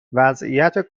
وضعیت